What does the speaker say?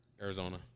Arizona